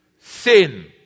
sin